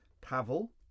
Pavel